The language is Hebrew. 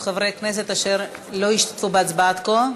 חברי כנסת אשר לא השתתפו בהצבעה עד כה?